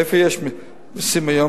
מאיפה יש מסים היום?